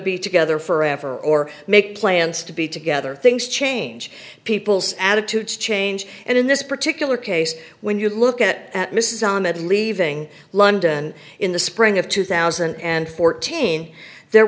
be together forever or make plans to be together things change people's attitudes change and in this particular case when you look at mrs ahmed leaving london in the spring of two thousand and fourteen there